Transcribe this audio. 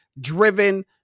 driven